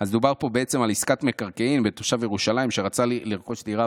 אז דובר בו בעצם על עסקת מקרקעין בין תושב ירושלים שרצה לרכוש דירה